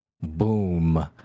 boom